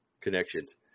connections